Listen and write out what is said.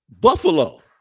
Buffalo